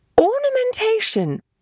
Ornamentation